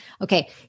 okay